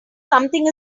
something